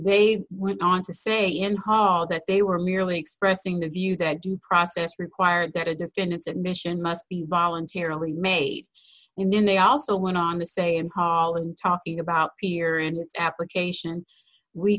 they went on to say in hall that they were merely expressing the view that due process required that a defendant's admission must be voluntarily made and then they also went on to say and paul was talking about here in this application we